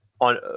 on